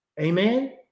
Amen